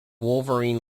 wolverine